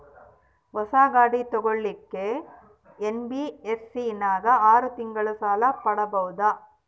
ಹೊಸ ಗಾಡಿ ತೋಗೊಳಕ್ಕೆ ಎನ್.ಬಿ.ಎಫ್.ಸಿ ನಾಗ ಆರು ತಿಂಗಳಿಗೆ ಸಾಲ ಪಡೇಬೋದ?